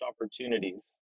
opportunities